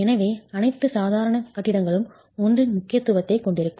எனவே அனைத்து சாதாரண கட்டிடங்களும் 1 இன் முக்கியத்துவத்தை கொண்டிருக்கும்